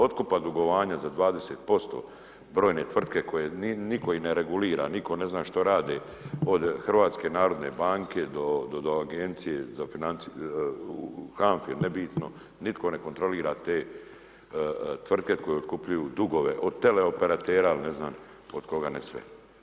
Od otkupa dugovanja za 20% brojne tvrtke koje nitko ih ne regulira, nitko ne zna što rade, od HNB-a do agencije, HANFA-e, nebitno, nitko ne kontrolira te tvrtke koje otkupljuju dugove od teleoperatera ili ne znam od koga ne sve.